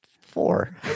four